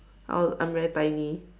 I was I'm very tiny